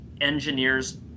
engineers